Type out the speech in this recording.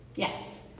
Yes